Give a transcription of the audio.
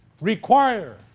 require